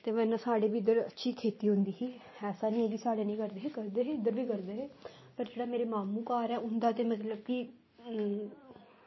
ते नेईं तां साढ़े इद्धर बी अच्छी खेती होंदी ही ऐसा निं ऐ की साढ़े निं करदे इद्धर बी करदे हे कटरा ते मेरा मामू घर ऐ उंदा ते मतलब कि एह्